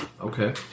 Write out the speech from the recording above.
Okay